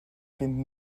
fynd